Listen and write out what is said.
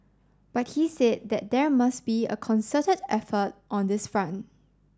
but he said that there must be a concerted effort on this front